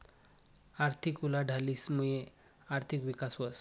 आर्थिक उलाढालीस मुये आर्थिक विकास व्हस